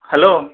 hello